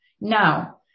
Now